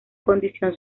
condición